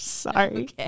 Sorry